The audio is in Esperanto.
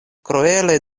kruele